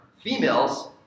females